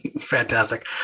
fantastic